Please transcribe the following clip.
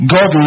God